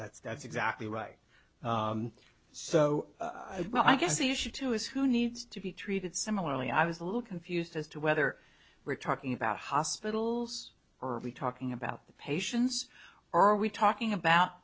that's that's exactly right so i guess the issue too is who needs to be treated similarly i was a little confused as to whether we're talking about hospitals are we talking about the patients or are we talking about